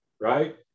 right